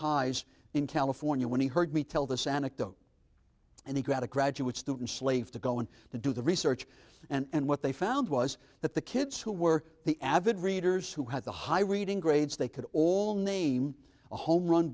highs in california when he heard me tell this anecdote and he got a graduate student slave to go in to do the research and what they found was that the kids who were the avid readers who had the high reading grades they could all name a home run